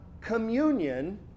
communion